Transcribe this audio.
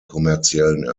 kommerziellen